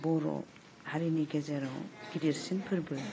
बर' हारिनि गेजेराव गिदिरसिन फोरबो